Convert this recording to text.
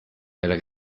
elle